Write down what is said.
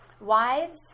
Wives